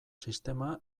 sistema